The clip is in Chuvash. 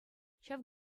ҫав